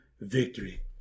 victory